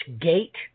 gate